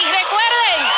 recuerden